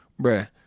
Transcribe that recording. Bruh